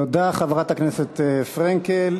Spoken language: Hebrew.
תודה, חברת הכנסת פרנקל.